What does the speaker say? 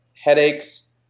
Headaches